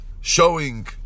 showing